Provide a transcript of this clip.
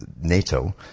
NATO